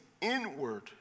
inward